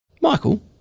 Michael